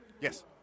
Yes